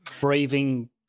braving